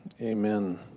amen